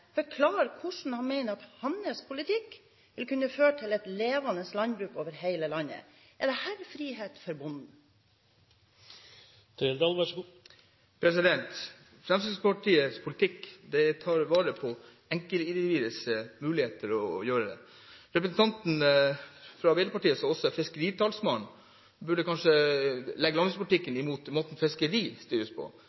forklare hvordan han mener at hans politikk vil kunne føre til et levende landbruk over hele landet? Er dette frihet for bonden? Fremskrittspartiets politikk tar vare på enkeltindividets muligheter. Representanten fra Arbeiderpartiet, som også er fiskeritalsmann, burde kanskje legge landbrukspolitikken